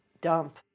dump